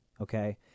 okay